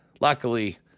Luckily